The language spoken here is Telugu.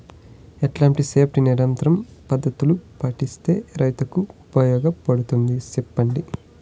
ఎట్లాంటి పెస్ట్ నియంత్రణ పద్ధతులు పాటిస్తే, రైతుకు ఉపయోగంగా ఉంటుంది సెప్పండి?